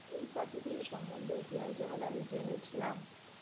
এই পাখিটির সম্বন্ধে ইতিহাস যখন আমি জেনেছিলাম